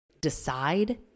decide